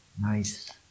Nice